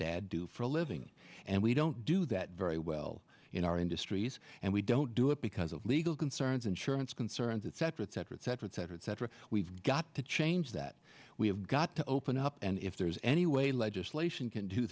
dad do for a living and we don't do that very well in our industries and we don't do it because of legal concerns insurance concerns that separate separate separate cetera et cetera we've got to change that we have got to open up and if there's any way legislation can do